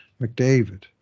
McDavid